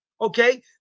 Okay